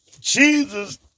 Jesus